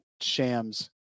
Sham's